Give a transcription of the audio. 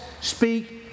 speak